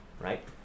right